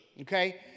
okay